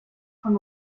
von